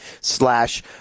slash